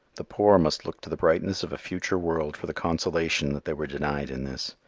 the poor must look to the brightness of a future world for the consolation that they were denied in this.